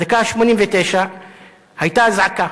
בדקה-89 היתה אזעקה.